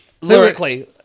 Lyrically